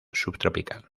subtropical